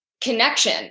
connection